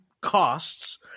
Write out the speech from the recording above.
costs